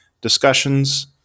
discussions